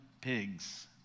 pigs